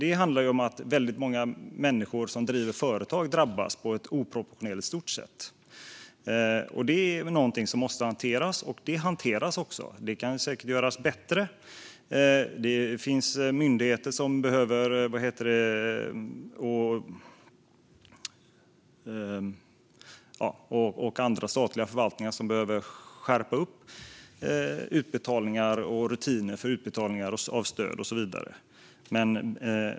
En bisak är att väldigt många människor som driver företag drabbas på ett oproportionerligt hårt sätt. Detta är någonting som måste hanteras, och det hanteras också. Det kan säkert göras bättre. Det finns myndigheter och andra statliga förvaltningar som behöver skärpa till rutinerna för utbetalningar av stöd och så vidare.